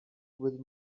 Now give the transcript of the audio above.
with